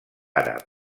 àrab